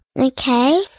Okay